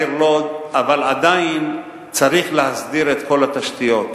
אבל עדיין צריך להסדיר את כל התשתיות.